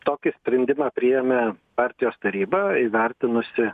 tokį sprendimą priėmė partijos taryba įvertinusi